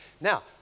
Now